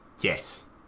Yes